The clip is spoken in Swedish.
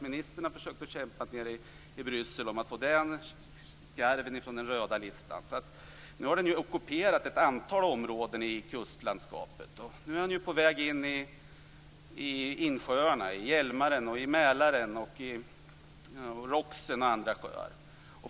Ministern har försökt att kämpa nere i Bryssel för att få bort skarven från den röda listan. Nu har den ju ockuperat ett antal områden i kustlandskapet, och den är på väg in i insjöarna - i Hjälmaren, Mälaren, Roxen och andra sjöar.